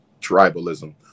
tribalism